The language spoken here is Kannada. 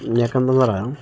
ಯಾಕಂತಂದರೆ